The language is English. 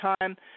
time